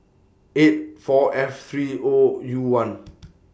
eight four three O U one